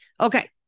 Okay